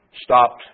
stopped